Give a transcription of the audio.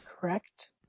Correct